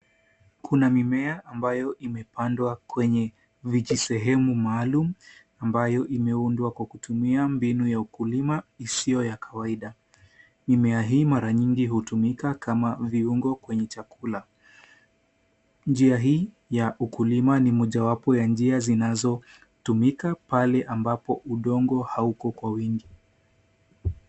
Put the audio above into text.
Kuna mimea ambayo imepandwa kwenye vijisehemu maalum ambayo imeundwa kwa kutumia mbinu ya ukulima isiyo ya kawaida. Mimea hii mara nyingi hutumika kama viungo kwenye chakula. Njia hii ya ukulima ni mojawapo ya njia zinazotumika pale ambapo udongo hauko kwa wingi.